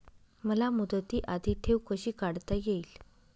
मला मुदती आधी ठेव कशी काढता येईल?